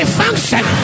function